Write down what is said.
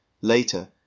Later